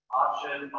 option